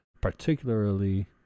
particularly